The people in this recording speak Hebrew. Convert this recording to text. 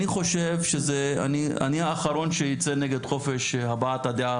אני חושב שאני האחרון שאצא נגד חופש הבעת הדעה,